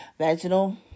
Vaginal